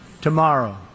tomorrow